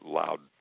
loud